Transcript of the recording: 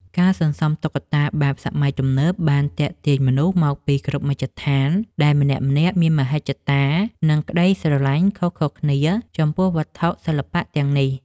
ការសន្សំតុក្កតាបែបសម័យទំនើបបានទាក់ទាញមនុស្សមកពីគ្រប់មជ្ឈដ្ឋាន ដែលម្នាក់ៗមានមហិច្ឆតា និងក្ដីស្រឡាញ់ខុសៗគ្នាចំពោះវត្ថុសិល្បៈទាំងនេះ។